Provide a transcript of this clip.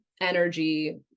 energy